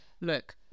look